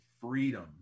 freedom